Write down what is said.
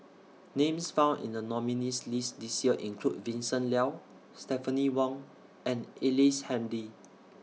Names found in The nominees' list This Year include Vincent Leow Stephanie Wong and Ellice Handy